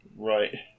right